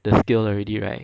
the scale already right